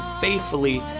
faithfully